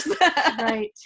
Right